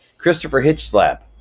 christopherhitchslap,